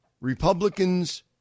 Republicans